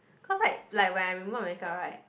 cause like like I remove makeup right